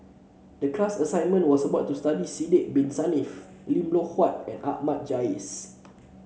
the class assignment was about to study Sidek Bin Saniff Lim Loh Huat and Ahmad Jais